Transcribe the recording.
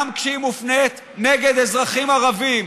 גם כשהיא מופנית נגד אזרחים ערבים.